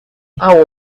our